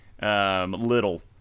Little